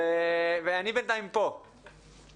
אם החמצתי תגידו לי, לא ראיתי את זה.